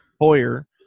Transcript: Hoyer